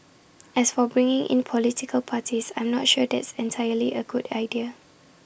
as for bringing in political parties I'm not sure that's entirely A good idea